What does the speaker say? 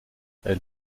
elle